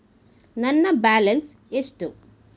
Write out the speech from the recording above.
ನನ್ನ ಬ್ಯಾಲೆನ್ಸ್ ಎಷ್ಟು?